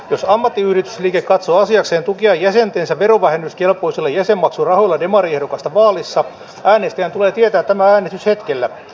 jos ammattiyhdistysliike katsoo asiakseen tukea jäsentensä verovähennyskelpoisilla jäsenmaksurahoilla demariehdokasta vaaleissa äänestäjän tulee tietää tämä äänestyshetkellä